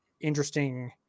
interesting